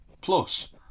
Plus